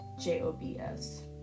J-O-B-S